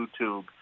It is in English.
YouTube